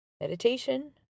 Meditation